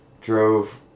drove